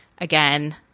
again